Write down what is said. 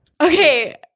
Okay